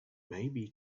maybe